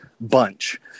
Bunch